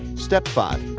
step five.